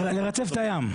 לרצף את הים.